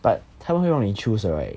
but 他会让你 choose 的 right